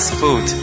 food